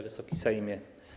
Wysoki Sejmie!